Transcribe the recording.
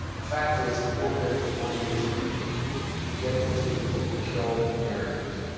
the fact is we went there for one reason to get those people who killed americans,